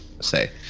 say